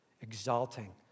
Exalting